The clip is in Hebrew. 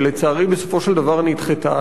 שלצערי בסופו של דבר נדחתה,